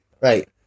Right